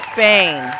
Spain